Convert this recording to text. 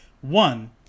One